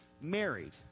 married